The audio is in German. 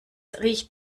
riecht